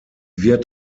wird